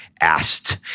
asked